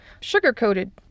sugar-coated